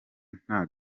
nta